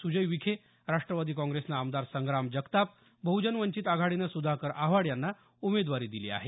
सुजय विखे राष्ट्रवादी काँग्रेसनं आमदार संग्राम जगताप बह्जन वंचित आघाडीनं सुधाकर आव्हाड यांना उमेदवारी दिली आहे